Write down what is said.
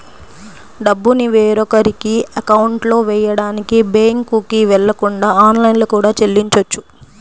డబ్బుని వేరొకరి అకౌంట్లో వెయ్యడానికి బ్యేంకుకి వెళ్ళకుండా ఆన్లైన్లో కూడా చెల్లించొచ్చు